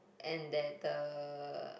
and that the